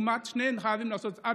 ושניהם חייבים לעשות בדיקה,